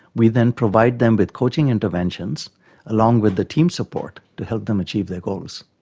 we then provide them with coaching interventions along with the team support to help them achieve their goals.